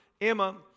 Emma